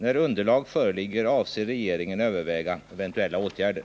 När underlag föreligger avser regeringen överväga eventuella åtgärder.